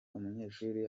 umunyeshuri